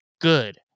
good